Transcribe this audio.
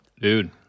dude